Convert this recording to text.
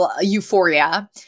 euphoria